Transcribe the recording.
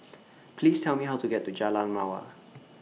Please Tell Me How to get to Jalan Mawar